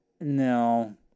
no